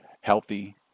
healthy